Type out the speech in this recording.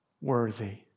worthy